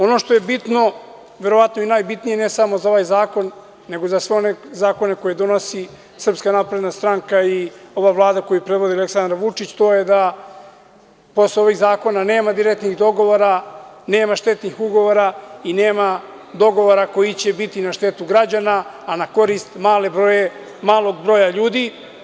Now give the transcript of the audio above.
Ono što je bitno, a verovatno i najbitnije i ne samo za ovaj zakon nego za sve one zakone koje donosi SNS i ova Vlada koju predvodi Aleksandar Vučić, to je da posle ovih zakon nema direktnih dogovora, nema štetnih ugovora i nema dogovora koji će biti na štetu građana, a na korist malog broja ljudi.